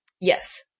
yes